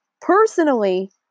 Personally